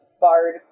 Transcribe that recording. bard